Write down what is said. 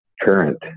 current